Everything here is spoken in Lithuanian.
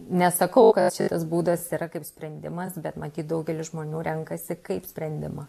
nesakau kad šitas būdas yra kaip sprendimas bet matyt daugelis žmonių renkasi kaip sprendimą